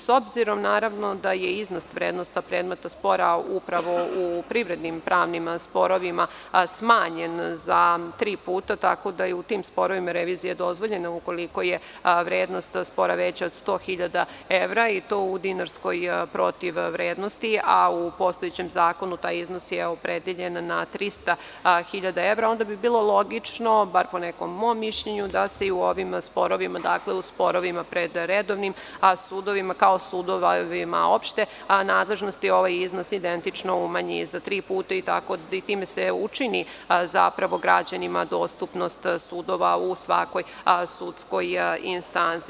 S obzirom da je iznos predmeta spora u privrednim pravnim sporovima smanjena za tri puta, tako da je u tim sporovima revizija dozvoljena ukoliko je vrednost spora veća od 100.000 evra, i to u dinarskoj protivvrednosti, a u postojećem zakonu taj iznos je opredeljen na 300.000 evra, onda bi bilo logično, barem po mom nekom mišljenju, da se u ovim sporovima, dakle u sporovima pred redovnim sudovima, kao sudovima opšte nadležnosti, ovaj iznos identično umanji za tri puta i time se učini građanima dostupnost sudova u svakoj sudskoj instanci.